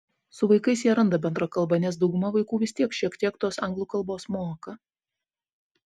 su vaikais jie randa bendrą kalbą nes dauguma vaikų vis tiek šiek tiek tos anglų kalbos moka